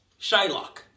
Shylock